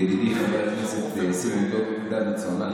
ידידי חבר הכנסת סימון דוידסון,